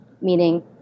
meaning